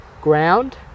ground